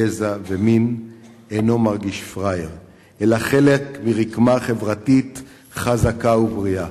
גזע ומין אינו מרגיש פראייר אלא חלק מרקמה חברתית חזקה ובריאה.